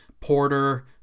Porter